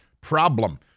problem